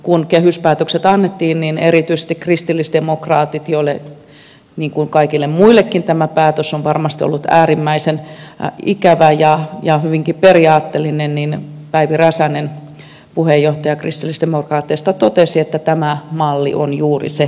kun kehyspäätökset annettiin ja kun erityisesti kristillisdemokraateille niin kuin kaikille muillekin tämä päätös on ollut varmasti äärimmäisen ikävä ja hyvinkin periaatteellinen niin päivi räsänen kristillisdemokraattien puheenjohtaja totesi että tämä malli on juuri se oikeudenmukaisin malli